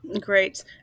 Great